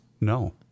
No